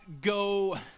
go